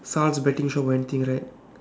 tsar's betting shop or anything right